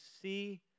see